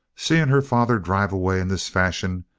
seeing her father drive away in this fashion,